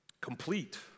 complete